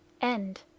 End